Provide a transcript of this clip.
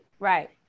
Right